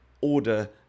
order